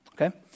Okay